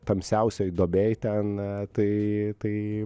tamsiausioj duobėj ten tai tai